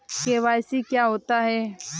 KYC क्या होता है?